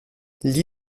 gli